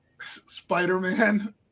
Spider-Man